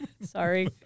Sorry